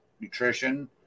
nutrition